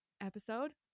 episode